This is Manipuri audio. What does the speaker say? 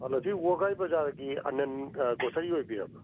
ꯍꯜꯂꯣ ꯁꯤ ꯋꯕꯒꯥꯏ ꯕꯖꯥꯔꯒꯤ ꯑꯥꯅꯟ ꯒ꯭ꯔꯣꯁꯔꯤ ꯑꯣꯏꯕꯤꯔꯕ꯭ꯔꯥ